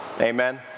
Amen